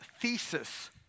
thesis